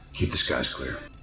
ikeep the skies clear.